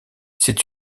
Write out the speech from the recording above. c’est